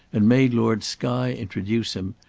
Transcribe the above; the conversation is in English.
and made lord skye introduce him,